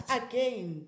again